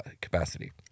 capacity